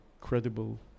credible